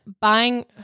buying